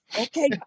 okay